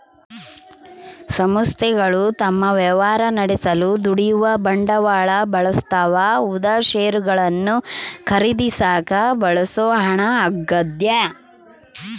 ಸಂಸ್ಥೆಗಳು ತಮ್ಮ ವ್ಯವಹಾರ ನಡೆಸಲು ದುಡಿಯುವ ಬಂಡವಾಳ ಬಳಸ್ತವ ಉದಾ ಷೇರುಗಳನ್ನು ಖರೀದಿಸಾಕ ಬಳಸೋ ಹಣ ಆಗ್ಯದ